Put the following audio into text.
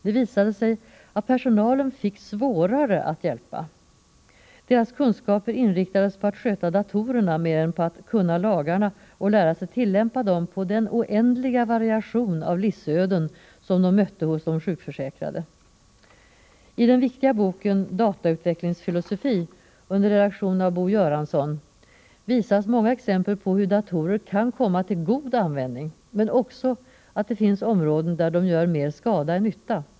Det visade sig att personalen fick svårare att hjälpa. Deras kunskaper inriktades på att sköta datorerna mer än på att kunna lagarna och lära sig tillämpa dem på den oändliga variation av livsöden som de mötte hos de sjukförsäkrade. I den viktiga boken Datautvecklings filosofi under redaktion av Bo Göranzon visas många exempel på hur datorer kan komma till god användning men också att det finns områden där de gör mer skada än nytta.